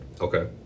Okay